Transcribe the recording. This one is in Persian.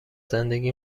زندگی